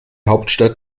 hauptstadt